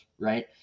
right